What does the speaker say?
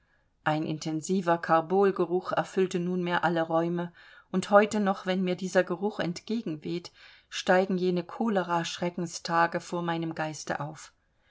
ein intensiver karbolgeruch erfüllte nunmehr alle räume und heute noch wenn mir dieser geruch entgegenweht steigen jene cholera schreckenstage vor meinem geiste auf